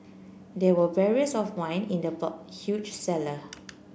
there were barrels of wine in the huge cellar